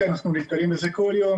כי אנחנו נתקלים בזה כל יום